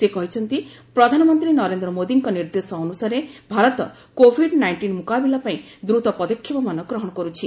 ସେ କହିଛନ୍ତି ପ୍ରଧାନମନ୍ତ୍ରୀ ନରେନ୍ଦ୍ର ମୋଦିଙ୍କ ନିର୍ଦ୍ଦେଶ ଅନୁସାରେ ଭାରତ କୋଭିଡ୍ ନାଇଷ୍ଟନ୍ ମ୍ରକାବିଲା ପାଇଁ ଦ୍ରତ ପଦକ୍ଷେପମାନ ଗ୍ରହଣ କର୍ରଛି